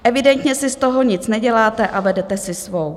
Evidentně si z toho nic neděláte a vedete si svou.